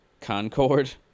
concord